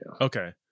Okay